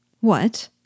What